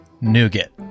nougat